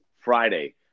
Friday